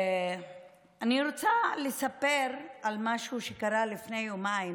אני רוצה לספר על משהו שקרה לפני יומיים,